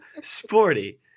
Sporty